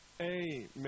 Amen